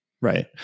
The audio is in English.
Right